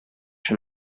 from